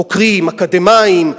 חוקרים אקדמיים,